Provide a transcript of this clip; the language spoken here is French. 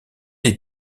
des